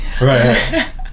right